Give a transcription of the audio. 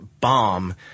bomb